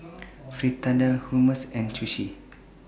Fritada Hummus and Sushi